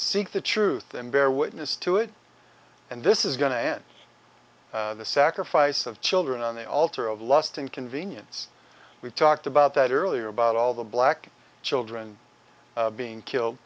seek the truth and bear witness to it and this is going to end the sacrifice of children on the altar of lust and convenience we talked about that earlier about all the black children being killed